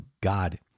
God